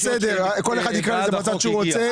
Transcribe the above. כל אחד יקרא לה איך שהוא רוצה.